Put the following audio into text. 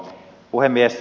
puhemies